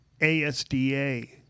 ASDA